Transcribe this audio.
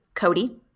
Cody